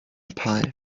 pie